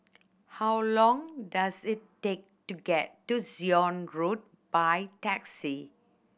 how long does it take to get to Zion Road by taxi